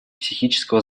психического